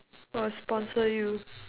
or sponsor you